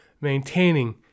maintaining